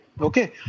Okay